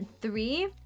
Three